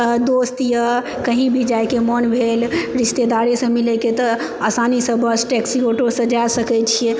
दोस्त यऽ कही भी जाइके मोन भेल रिस्तेदारेसँ मिलैके तऽ आसानीसँ बस टैक्सी ऑटोसँ जा सकैत छियै